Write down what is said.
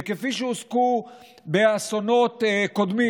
וכפי שהוסקו באסונות קודמים.